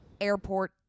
airport